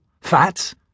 fats